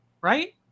Right